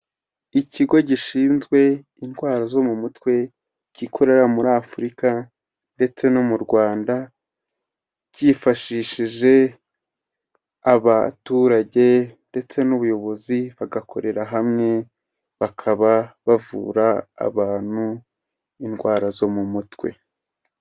Ikigo gishinzwe indwara zo mu mutwe gikorera muri Afurika ndetse no mu Rwanda, cyifashishije abaturage ndetse n'ubuyobozi bagakorera hamwe bakaba bavura abantu indwara zo mu mutwe.